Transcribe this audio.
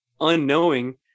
unknowing